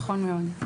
נכון מאוד.